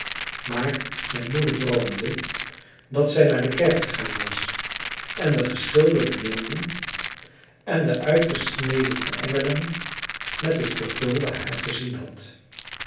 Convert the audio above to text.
maar zijn moeder droomde dat zij naar de kerk gegaan was en de geschilderde beelden en de uitgesnedene engelen met het vergulde haar gezien had